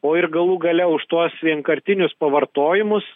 o ir galų gale už tuos vienkartinius pavartojimus